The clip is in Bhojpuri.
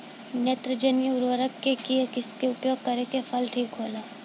नेत्रजनीय उर्वरक के केय किस्त मे उपयोग करे से फसल ठीक होला?